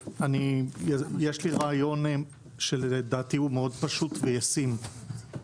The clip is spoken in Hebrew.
יש לי רעיון שלדעתי הוא מאוד פשוט וישים.